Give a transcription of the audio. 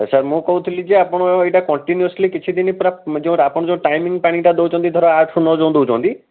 sir ମୁଁ କହୁଥିଲି ଯେ ଆପଣ ଏଇଟା କଣ୍ଟିନ୍ୟୁଅସଲି କିଛିଦିନ ପୁରା ଯେଉଁ ଆପଣ ଟାଇମିଂ ପାଣିଟା ଦେଉଛନ୍ତି ଧର ଆଠରୁ ନଅ ଯେଉଁ ଦେଉଛନ୍ତି